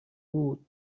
بود